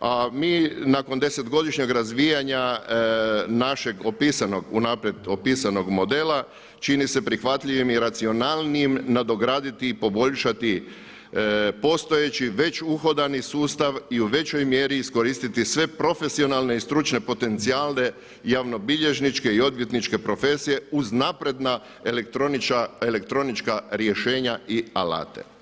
a mi nakon desetogodišnjeg razvijanja našeg opisanog, unaprijed opisanog modela čini se prihvatljivim i racionalnijim nadograditi i poboljšati postojeći već uhodani sustav i u većoj mjeri iskoristiti sve profesionalne i stručne potencijale javnobilježničke i odvjetničke profesije uz napredna elektronička rješenja i alate.